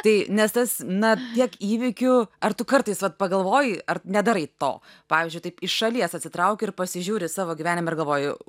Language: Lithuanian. tai nes tas na tiek įvykių ar tu kartais vat pagalvoji ar nedarai to pavyzdžiui taip iš šalies atsitrauki ir pasižiūri į savo gyvenimą ir galvoji